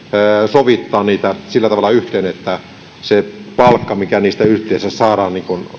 sovittaa niitä sillä tavalla yhteen että se palkka mikä niistä yhteensä saadaan